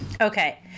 Okay